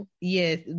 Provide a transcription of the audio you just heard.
Yes